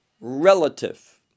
relative